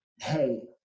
hey